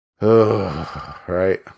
Right